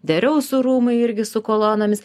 dereusų rūmai irgi su kolonomis